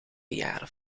jaar